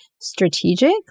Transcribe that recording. strategic